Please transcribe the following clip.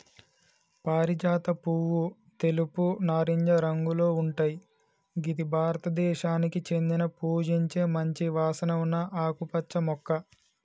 పారిజాత పువ్వు తెలుపు, నారింజ రంగులో ఉంటయ్ గిది భారతదేశానికి చెందిన పూజించే మంచి వాసన ఉన్న ఆకుపచ్చ మొక్క